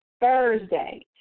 Thursday